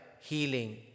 healing